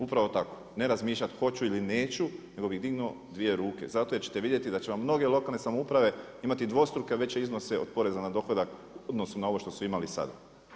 Upravo tako, ne razmišljati hoću ili neću nego bih dignuo dvije ruke za to zato jer ćete vidjeti da će vam mnoge lokalne samouprave imati dvostruko veće iznose od poreza na dohodak u odnosu na ovo što su imali sada.